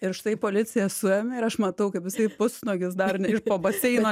ir štai policija suėmė ir aš matau kaip jisai pusnuogis dar ne iš po baseino